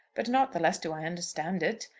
but not the less do i understand it.